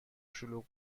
شلوغ